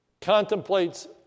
contemplates